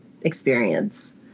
experience